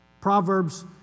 Proverbs